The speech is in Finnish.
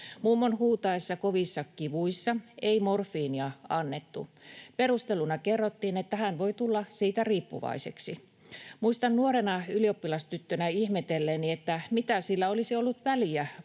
Mummon huutaessa kovissa kivuissa ei morfiinia annettu. Perusteluna kerrottiin, että hän voi tulla siitä riippuvaiseksi. Muistan nuorena ylioppilastyttönä ihmetelleeni, mitä sillä olisi ollut väliä,